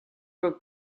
for